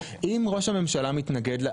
אם ראש הממשלה מתנגד,